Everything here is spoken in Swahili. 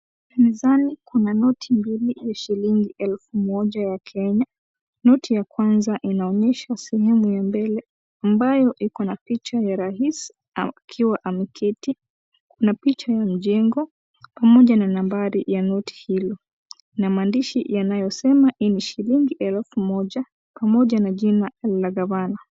Mezani kuna noti mbili ya shilingi elfu moja ya Kenya. Noti ya kwanza inaonyesha sehemu ya mbele ambayo iko na picha ya rais akiwa ameketi na picha ya jengo pamoja na nambari ya noti hilo na maandishi yanaosema hii shilingi elfu moja pamoja na jina la gavana.